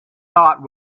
thought